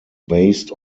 based